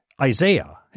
Isaiah